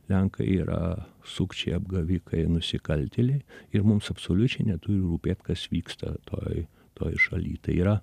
lenkai yra sukčiai apgavikai nusikaltėliai ir mums absoliučiai neturi rūpėt kas vyksta toj toj šaly tai yra